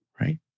right